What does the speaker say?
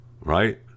Right